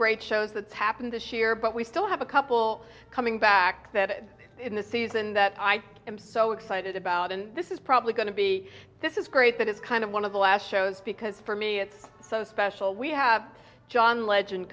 great shows that's happened this year but we still have a couple coming back that in the season that i am so excited about and this is probably going to be this is great that is kind of one of the last shows because for me it's so special we have john legend